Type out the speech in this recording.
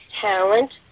talent